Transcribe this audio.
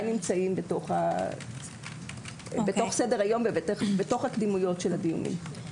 נמצאות בתוך סדר היום ובתוך הקדימויות של הדיונים.